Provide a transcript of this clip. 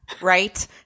Right